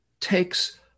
takes